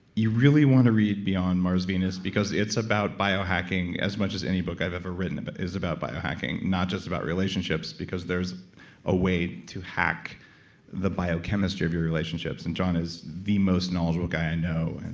you really want to read beyond mars and venus because it's about biohacking as much as any book i've ever written but is about biohacking, not just about relationships, because there's a way to hack the biochemistry of your relationships. and john is the most knowledgeable guy i know.